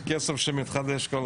זה כסף שמתחדש כל הזמן.